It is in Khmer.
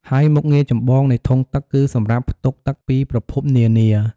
ហើយមុខងារចម្បងនៃធុងទឹកគឺសម្រាប់ផ្ទុកទឹកពីប្រភពនានា។